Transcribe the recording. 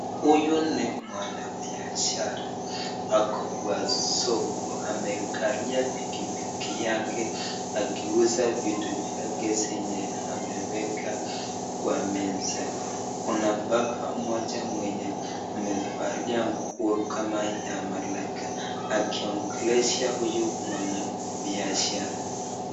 Huyu ni mwanabiashara, ako kwa soko amekalia pikipiki yake akiuza vitu zake zenye ameweka kwa meza. Kuna baba mmoja mwenye amevalia nguo kama ya malaika akiongelesha huyu mwanabiashara.